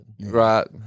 Right